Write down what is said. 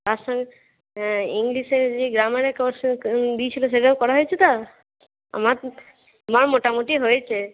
তার সঙ্গে ইংলিশের যে গ্রামারে কোয়েশ্চেন দিয়েছিল সেটাও করা হয়েছে তো আমার আমার মোটামুটি হয়েছে